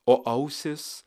o ausys